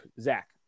Zach